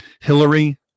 Hillary